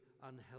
unhealthy